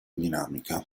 dinamica